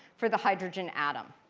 for the hydrogen atom.